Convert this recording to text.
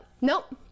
Nope